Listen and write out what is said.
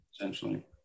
Essentially